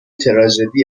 تراژدی